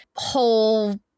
whole